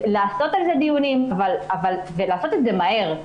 לקיים על זה דיונים ולעשות את זה מהר,